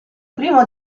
primo